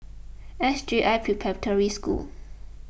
S J I Preparatory School